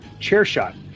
CHAIRSHOT